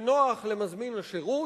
זה נוח למזמין השירות,